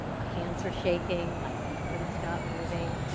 my hands were shaking, my feet couldn't stop moving.